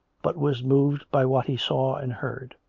but was moved by what he saw and heard.